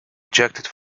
ejected